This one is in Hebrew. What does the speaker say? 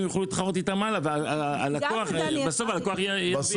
יוכלו להתחרות איתם הלאה ובסוף הלקוח ירוויח.